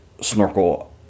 snorkel